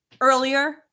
earlier